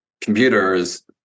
computers